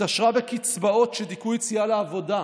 התעשרה בקצבאות של דיכוי יציאה לעבודה,